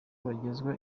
bagezwa